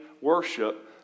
worship